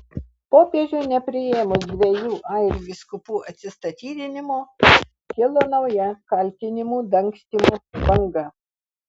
popiežiui nepriėmus dviejų airių vyskupų atsistatydinimo kilo nauja kaltinimų dangstymu banga